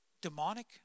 demonic